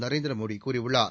நரேந்திரமோடி கூறியுள்ளார்